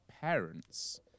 parents